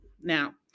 now